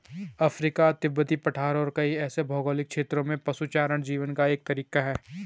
Africa, तिब्बती पठार और कई ऐसे भौगोलिक क्षेत्रों में पशुचारण जीवन का एक तरीका है